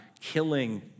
killing